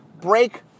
break